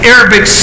Arabic